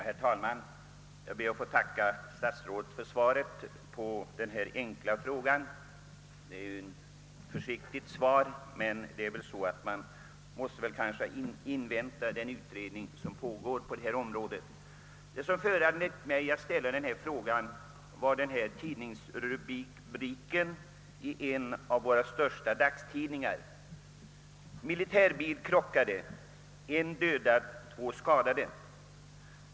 Herr talman! Jag ber att få tacka herr statsrådet för svaret på min enkla fråga. Det är ett försiktigt svar, men man måste väl invänta den utredning som pågår inom detta område. Det som föranledde mig att ställa min fråga var följande rubrik i en av våra största dagstidningar: »Militärbil krockade — en dödad, två skadade».